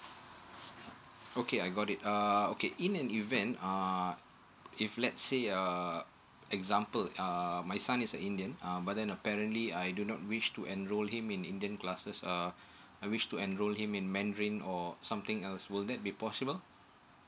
okay I got it err okay in an event uh if let's say uh example um my son is an indian um but then apparently I do not wish to enroll him in indian classes um I wish to enroll him in mandarin or something else will that be possible